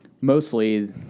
Mostly